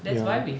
ya